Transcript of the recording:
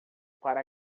para